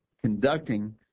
conducting